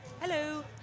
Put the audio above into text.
Hello